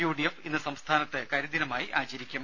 U D F ഇന്ന് സംസ്ഥാനത്ത് കരിദിനമായി ആചരിക്കും